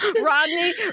Rodney